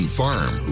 farm